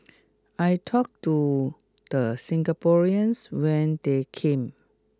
I talk to the Singaporeans when they came